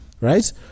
right